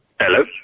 Hello